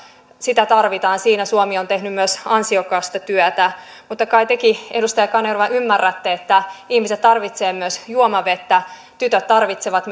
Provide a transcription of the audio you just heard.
sitä tarvitaan siinä suomi on myös tehnyt ansiokasta työtä mutta kai tekin edustaja kanerva ymmärrätte että ihmiset tarvitsevat myös juomavettä tytöt tarvitsevat